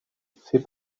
fait